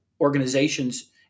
organizations